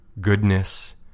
goodness